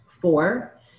Four